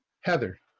Heather